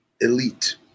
elite